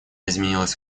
изменилась